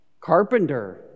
Carpenter